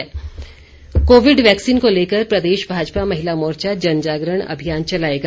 महिला मोर्चा Covid vaccine को लेकर प्रदेश भाजपा महिला मोर्चा जनजागरण अभियान चलाएगा